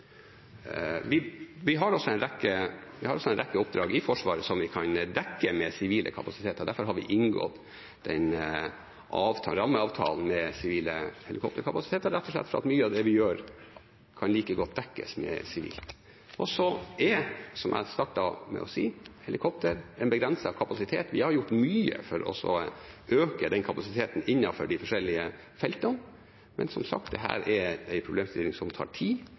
Vi har også en rekke oppdrag i Forsvaret som vi kan dekke med sivile kapasiteter. Derfor har vi inngått den rammeavtalen med sivile helikopterkapasiteter, rett og slett fordi mye av det vi gjør, kan like godt dekkes med sivile. Så er, som jeg startet med å si, helikopter en begrenset kapasitet. Vi har gjort mye for å øke kapasiteten innenfor de forskjellige feltene, men som sagt er dette en problemstilling som tar tid.